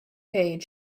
page